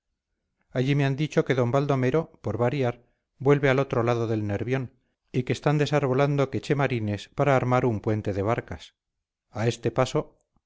allí me han dicho que d baldomero por variar vuelve al otro lado del nervión y que están desarbolando quechemarines para armar un puente de barcas a este paso